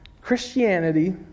Christianity